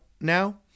now